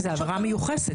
זה עבירה מיוחסת.